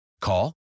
Call